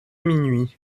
minuit